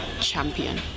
champion